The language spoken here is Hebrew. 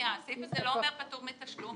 הסעיף הזה לא אומר פטור מתשלום.